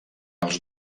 els